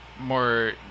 more